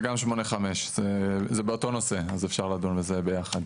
זה גם 8(5). זה באותו נושא אז אפשר לדון על זה ביחד.